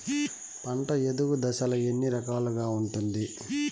పంట ఎదుగు దశలు ఎన్ని రకాలుగా ఉంటుంది?